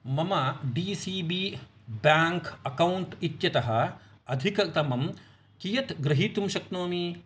मम D C B bank account इत्यतः अधिकतमं कियत् ग्रहितुं शक्नोमि